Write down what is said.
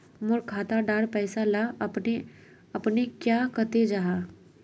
मोर खाता डार पैसा ला अपने अपने क्याँ कते जहा?